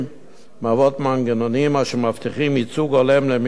מהוות מנגנונים אשר מבטיחים ייצוג הולם למגוון הדעות.